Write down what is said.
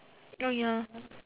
ah ya